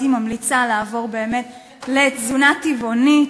הייתי ממליצה לעבור לתזונה טבעונית,